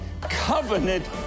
covenant